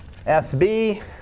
SB